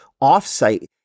off-site